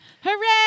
Hooray